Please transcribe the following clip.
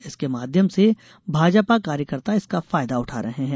इसके माध्यम से भाजपा कार्यकर्ता इसका फायदा उठा रहे हैं